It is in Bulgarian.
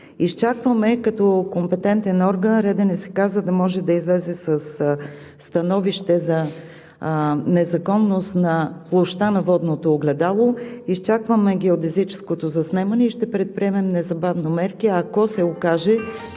Изчакваме като компетентен орган РДНСК, за да може да излезе със становище за незаконност на площта на водното огледало, изчакваме геодезическото заснемане и ще предприемем незабавно мерки, ако се окаже,